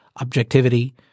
objectivity